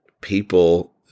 people